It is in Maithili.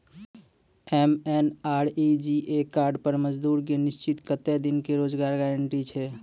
एम.एन.आर.ई.जी.ए कार्ड पर मजदुर के निश्चित कत्तेक दिन के रोजगार गारंटी छै?